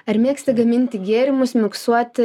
ar mėgsti gaminti gėrimus miksuoti